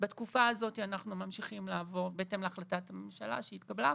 בתקופה הזאת אנחנו ממשיכים לעבוד בהתאם להחלטת הממשלה שהתקבלה,